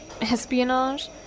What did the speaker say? Espionage